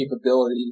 capability